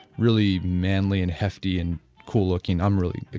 really manly and hefty and cool looking, i'm really,